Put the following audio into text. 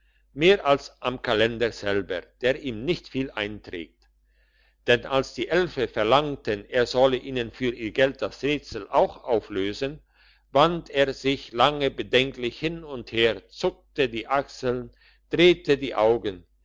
mehr als am kalender selber der ihm nicht viel einträgt denn als die elfe verlangten er sollte ihnen für ihr geld das rätsel auch auflösen wand er sich lange bedenklich hin und her zuckte die achseln drehte die augen